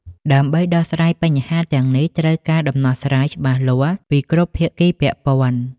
ដើម្បីដោះស្រាយបញ្ហាទាំងនេះ ត្រូវការ ដំណោះស្រាយ ច្បាស់លាស់ពីគ្រប់ភាគីពាក់ព័ន្ធ។